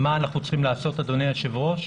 מה אנחנו צריכים לעשות אדוני היושב ראש,